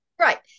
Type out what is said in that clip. right